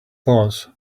thoughts